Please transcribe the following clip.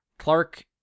Clark